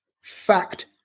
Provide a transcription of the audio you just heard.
fact